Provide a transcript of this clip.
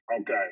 okay